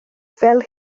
fel